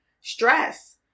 stress